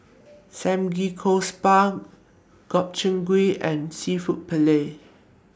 Samgyeopsal Gobchang Gui and Seafood Paella